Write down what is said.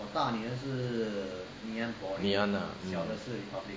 ngee ann lah